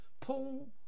Paul